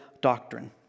doctrine